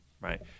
right